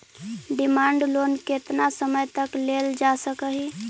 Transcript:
demand loan केतना समय तक लेल जा सकऽ हई